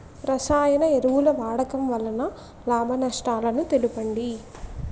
రసాయన ఎరువుల వాడకం వల్ల లాభ నష్టాలను తెలపండి?